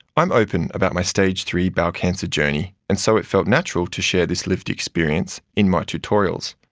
i'm open about my stage three bowel cancer journey, and so it felt natural to share this lived experience in my tutorials.